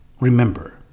remember